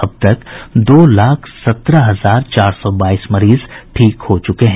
अब तक दो लाख सत्रह हजार चार सौ बाईस मरीज ठीक हो चुके हैं